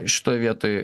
šitoj vietoj